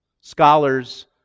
Scholars